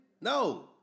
No